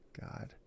God